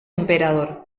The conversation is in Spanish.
emperador